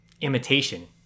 imitation